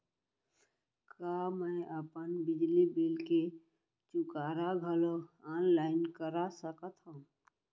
का मैं अपन बिजली बिल के चुकारा घलो ऑनलाइन करा सकथव?